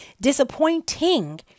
disappointing